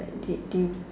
like they they